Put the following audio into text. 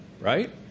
right